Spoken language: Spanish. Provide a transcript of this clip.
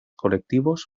colectivos